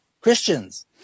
Christians